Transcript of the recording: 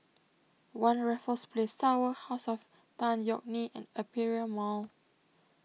one Raffles Place Tower House of Tan Yeok Nee and Aperia Mall